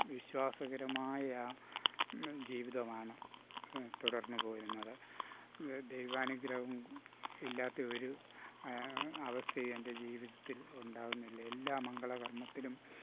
വിശ്വാസകരമായ ജീവിതമാണ് തുടർന്ന് പോരുന്നത് ദൈവാനുഗ്രഹം ഇല്ലാത്ത ഒരു അവസ്ഥയേ എൻ്റെ ജീവിതത്തിൽ ഉണ്ടാവുന്നില്ല എല്ലാ മംഗള കർമ്മത്തിലും